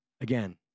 again